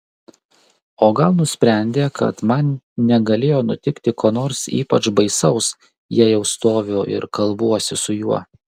o gal nusprendė kad man negalėjo nutikti ko nors ypač baisaus jei jau stoviu ir kalbuosi su juo